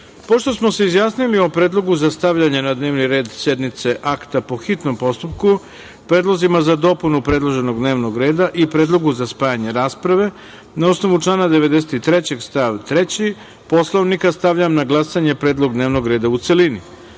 smo se izjasnili o Predlogu za stavljanje na dnevni red sednice akta po hitnom postupku, predlozima za dopunu predloženog dnevnog reda i Predlogu za spajanje rasprave, na osnovu člana 93. stav 3. Poslovnika, stavljam na glasanje Predlog dnevnog reda, u celini. Molim